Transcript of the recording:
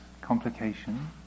complication